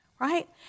right